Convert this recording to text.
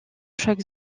chaque